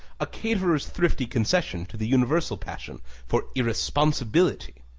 a caterer's thrifty concession to the universal passion for irresponsibility.